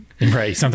Right